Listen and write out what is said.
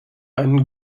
einen